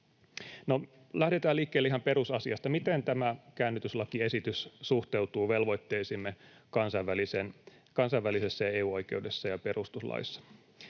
Lähdetään liikkeelle ihan perusasiasta, miten tämä käännytyslakiesitys suhteutuu velvoitteisiimme kansainvälisessä ja EU-oikeudessa ja perustuslaissa.